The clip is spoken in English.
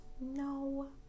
No